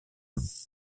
dans